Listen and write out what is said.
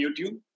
YouTube